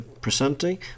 presenting